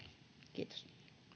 kiitos